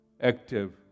active